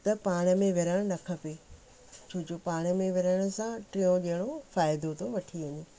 त पाण में विढ़णु न खपे छोजो पाण में विढ़ण सां टियों ॼणो फ़ाइदो थो वठी वञे